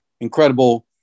incredible